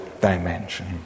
dimension